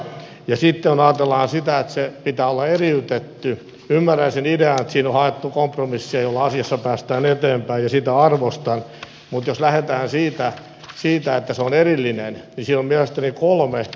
sitten kun ajatellaan sitä että sen pitää olla eriytetty niin ymmärrän sen idean että siinä on haettu kompromissia jolla asiassa päästään eteenpäin ja sitä arvostan mutta jos lähdetään siitä että se on erillinen niin siinä on mielestäni kolme mittavaa ongelmaa